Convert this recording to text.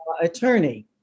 attorney